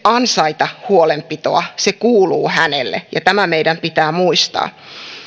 ansaita huolenpitoa se kuuluu hänelle ja tämä meidän pitää muistaa